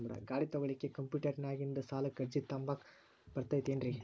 ಗಾಡಿ ತೊಗೋಳಿಕ್ಕೆ ಕಂಪ್ಯೂಟೆರ್ನ್ಯಾಗಿಂದ ಸಾಲಕ್ಕ್ ಅರ್ಜಿ ತುಂಬಾಕ ಬರತೈತೇನ್ರೇ?